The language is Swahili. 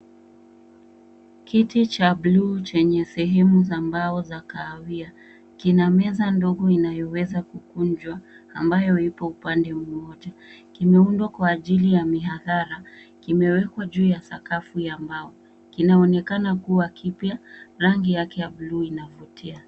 Kiti cha buluu chenye sehemu za mbao za kahawia kina meza ndogo ambayo kinaweza kukunjwa ambayo haipo upande wowote. Kimeundwa kwa ajili ya mihadara. Kimewekwa juu ya sakafu ya mbao. Kinaonekana kuwa kipya. Rangi yake ya buluu inavutia.